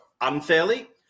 unfairly